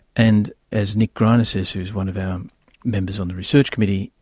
and as nick greiner says, who's one of our um members on the research committee,